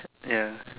ya